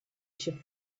should